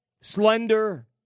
slender